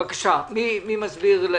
מי מסביר?